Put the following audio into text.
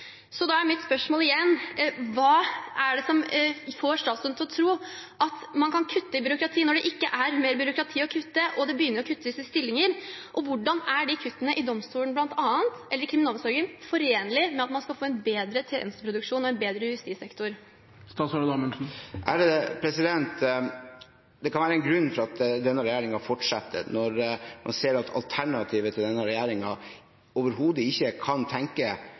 å tro at man kan kutte i byråkratiet når det ikke er mer byråkrati å kutte og man begynner å kutte i stillinger? Og hvordan er kuttene i bl.a. kriminalomsorgen forenlig med at man skal få en bedre tjenesteproduksjon og en bedre justissektor? Det kan være en grunn til at denne regjeringen fortsetter når en ser at alternativet til denne regjeringen overhodet ikke kan tenke